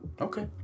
Okay